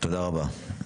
תודה רבה.